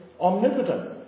omnipotent